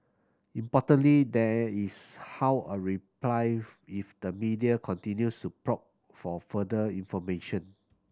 importantly there is how a reply if the media continues to probe for further information